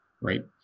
right